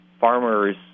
farmers